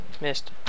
Missed